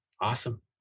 Awesome